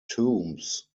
tombs